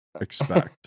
expect